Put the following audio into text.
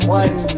one